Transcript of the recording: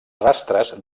rastres